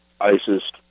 ISIS